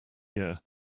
year